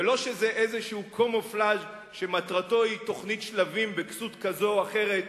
ולא שזה איזה קמופלז' שמטרתו היא תוכנית שלבים בכסות כזאת או אחרת,